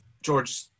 George